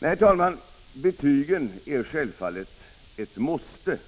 Nej, herr talman, betygen är självfallet ett måste,